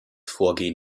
vorgehen